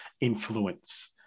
influence